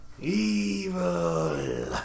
Evil